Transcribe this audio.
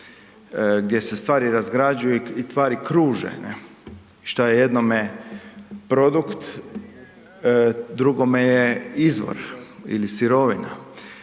gdje se stvari razgrađuju i tvari kruže, šta je jednome produkt drugome je izvor ili sirovina.